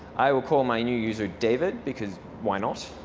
i will call my new user david, because why not?